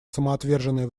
самоотверженное